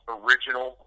original